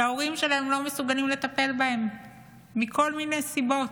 שההורים שלהם לא מסוגלים לטפל בהם מכל מיני סיבות,